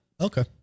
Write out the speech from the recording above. okay